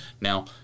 Now